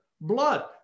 blood